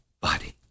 body